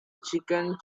chicken